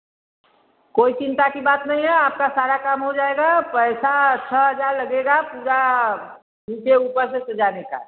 कोई चिंता की बात नहीं है आपका सारा काम हो जाएगा पैसा छह हज़ार लगेगा पूरा नीचे ऊपर से सजाने का